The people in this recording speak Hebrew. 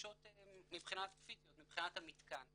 דרישות פיזיות מבחינת המתקן.